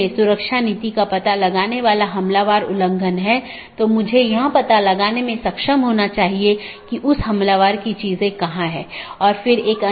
दूसरे अर्थ में जब मैं BGP डिवाइस को कॉन्फ़िगर कर रहा हूं मैं उस पॉलिसी को BGP में एम्बेड कर रहा हूं